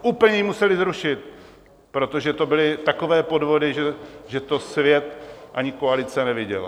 Úplně ji museli zrušit, protože to byly takové podvody, že to svět ani koalice neviděly.